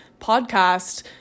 podcast